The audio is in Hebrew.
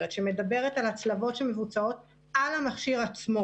שמדברת על הצלבות שמבוצעות על המכשיר עצמו,